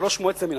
אקס-אופיציו.